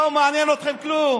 לא מעניין אתכם כלום.